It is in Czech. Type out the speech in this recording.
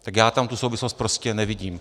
Tak já tu souvislost prostě nevidím.